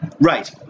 right